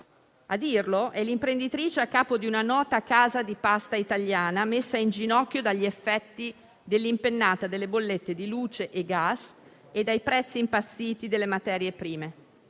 a dirlo è l'imprenditrice a capo di una nota casa di pasta italiana messa in ginocchio dagli effetti dell'impennata delle bollette di luce e gas e dai prezzi impazziti delle materie prime;